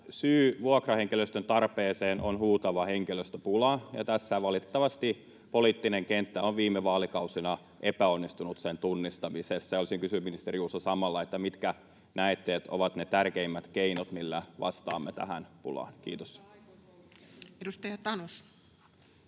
syy vuokrahenkilöstön tarpeeseen on huutava henkilöstöpula, ja valitettavasti poliittinen kenttä on viime vaalikausina epäonnistunut sen tunnistamisessa. Olisin samalla kysynyt, ministeri Juuso, mitkä näette olevan ne tärkeimmät keinot, millä vastaamme tähän pulaan? — Kiitos. [Vasemmalta: